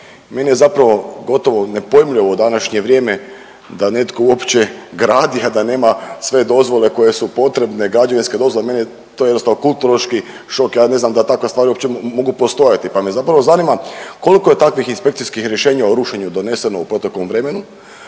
meni je zapravo gotovo nepojmljivo u današnje vrijeme da netko uopće gradi, a da nema sve dozvole koje su potrebne, građevinske dozvole, meni je to jednostavno kulturološki šok, ja ne znam da takve stvari uopće mogu postojati. Pa me zapravo zanima koliko je takvih inspekcijskih rješenja o rušenju doneseno u proteklom vremenu